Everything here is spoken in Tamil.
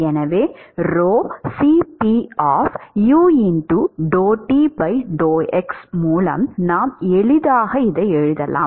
எனவே மூலம் நாம் எளிதாக எழுதலாம்